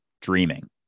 dreaming